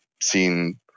seen